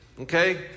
okay